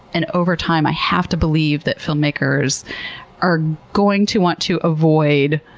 and over time i have to believe that filmmakers are going to want to avoid